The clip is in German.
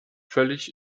völlig